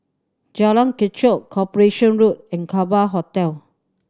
Jalan Kechot Corporation Road in Kerbau Hotel